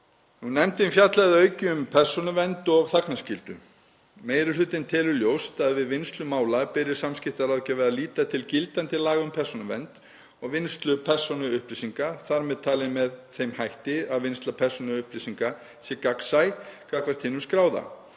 Nefndin fjallaði að auki um persónuvernd og þagnarskyldu. Meiri hlutinn telur ljóst að við vinnslu mála beri samskiptaráðgjafa að líta til gildandi laga um persónuvernd og vinnslu persónuupplýsinga, þar með talið með þeim hætti að vinnsla persónuupplýsinga sé gagnsæ gagnvart hinum skráða.